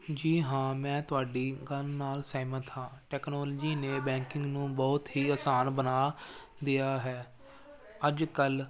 ਜੀ ਹਾਂ ਮੈਂ ਤੁਹਾਡੀ ਗੱਲ ਨਾਲ ਸਹਿਮਤ ਹਾਂ ਟੈਕਨੋਲੋਜੀ ਨੇ ਬੈਂਕਿੰਗ ਨੂੰ ਬਹੁਤ ਹੀ ਆਸਾਨ ਬਣਾ ਲਿਆ ਹੈ ਅੱਜ ਕੱਲ੍ਹ